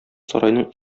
сарайның